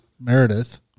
meredith